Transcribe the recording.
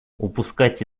упускать